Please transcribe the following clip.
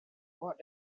right